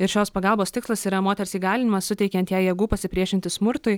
ir šios pagalbos tikslas yra moters įgalinimas suteikiant jai jėgų pasipriešinti smurtui